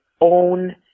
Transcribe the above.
own